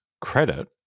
credit